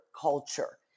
culture